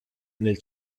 nel